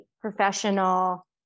Professional